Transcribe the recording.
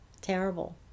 terrible